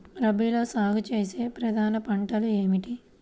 రబీలో సాగు చేసే ప్రధాన పంటలు ఏమిటి?